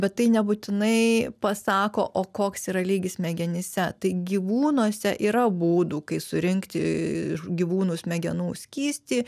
bet tai nebūtinai pasako o koks yra lygis smegenyse tai gyvūnuose yra būdų kai surinkti gyvūnų smegenų skystį